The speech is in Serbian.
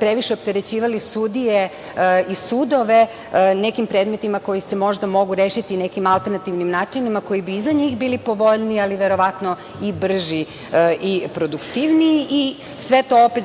previše opterećivali sudije i sudove nekim predmetima koji se možda mogu rešiti nekim alternativnim načinima koji bi i za njih bili povoljniji, ali verovatno i brži i produktivniji. Sve to opet